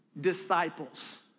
disciples